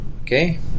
Okay